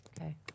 Okay